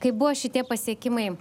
kai buvo šitie pasiekimai